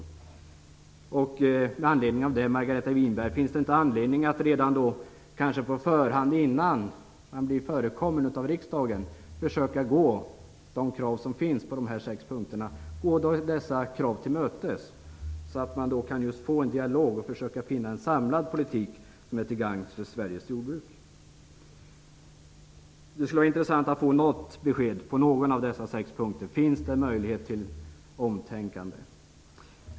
Finns det inte anledning för Margareta Winberg att mot denna bakgrund, redan innan hon blir förekommen av riksdagen, försöka gå kraven i dessa sex punkter till mötes, så att man kan få en dialog och kan försöka finna en samlad politik till gagn för Sveriges jordbruk? Det skulle vara intressant att få besked på någon av dessa sex punkter. Finns det möjlighet till ett omtänkande?